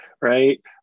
right